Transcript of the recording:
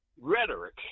rhetoric